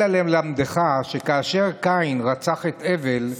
אלא ללמדך שכאשר קין רצח את הבל,